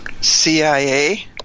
CIA